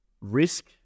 risk